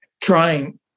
trying